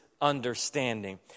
understanding